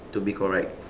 to be correct